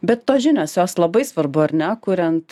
bet tos žinios jos labai svarbu ar ne kuriant